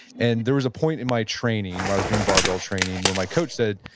and there was a point in my training where i was doing barbell training where my coach said,